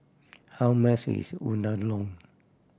how much is Unadon